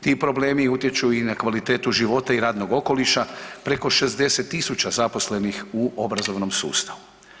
Ti problemi utječu i na kvalitetu života i radnog okoliša preko 60 000 zaposlenih u obrazovnom sustavu.